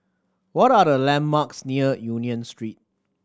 what are the landmarks near Union Street